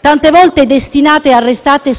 tante volte destinate a restare